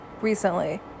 recently